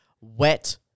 wet